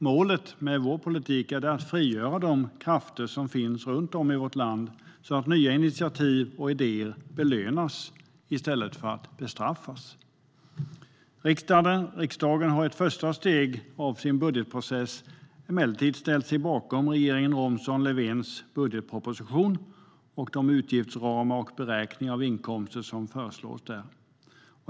Målet med vår politik är att frigöra de krafter som finns runt om i vårt land så att nya initiativ och idéer belönas i stället för bestraffas. Riksdagen har i ett första steg av sin budgetprocess emellertid ställt sig bakom regeringen Romson-Löfvens budgetproposition och de utgiftsramar och beräkningar av inkomster som där föreslås.